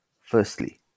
Firstly